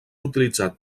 utilitzat